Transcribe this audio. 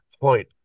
point